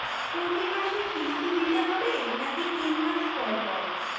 প্রতিমাসে কিস্তি দিতে হবে নাকি তিন মাস পর পর?